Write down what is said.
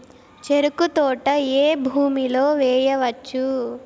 చెరుకు తోట ఏ భూమిలో వేయవచ్చు?